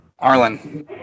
Arlen